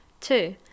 Two